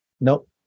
Nope